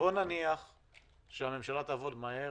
בוא נניח שהממשלה תעבוד מהר